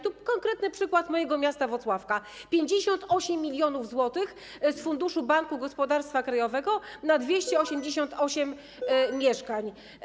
Tu konkretny przykład mojego miasta Włocławka: 58 mln zł z funduszu Banku Gospodarstwa Krajowego na 288 mieszkań.